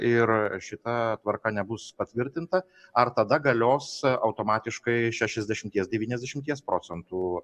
ir šita tvarka nebus patvirtinta ar tada galios automatiškai šešiasdešimties devyniasdešimties procentų